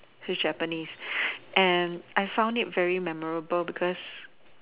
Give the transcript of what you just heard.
he is Japanese and I found it very memorable because